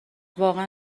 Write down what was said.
واقعا